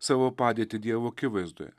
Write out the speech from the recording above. savo padėtį dievo akivaizdoje